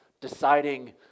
deciding